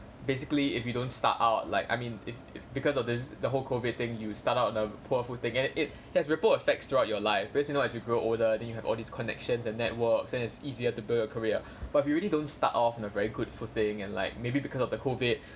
basically if you don't start out like I mean if if because of this the whole COVID thing you start out on a poor footing and it it has ripple effects throughout your life because you know as you grow older then you have all these connections and networks and it's easier to build your career but if you really don't start off in a very good footing and like maybe because of the COVID